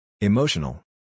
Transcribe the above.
Emotional